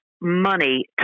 money